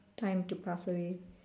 time to pass away